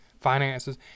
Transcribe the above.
finances